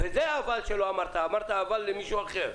וזה ה"אבל" שלא אמרת, אמרת "אבל" למישהו אחר.